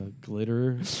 Glitter